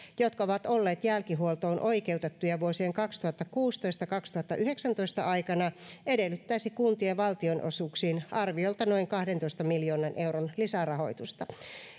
jotka ovat olleet jälkihuoltoon oikeutettuja vuosien kaksituhattakuusitoista viiva kaksituhattayhdeksäntoista aikana edellyttäisi kuntien valtionosuuksiin arviolta noin kahdentoista miljoonan euron lisärahoitusta